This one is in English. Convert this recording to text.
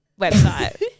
website